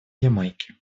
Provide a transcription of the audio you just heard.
ямайки